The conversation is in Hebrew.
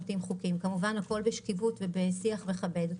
כמובן הכול בשקיפות ובשיח מכבד.